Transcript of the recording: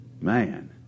man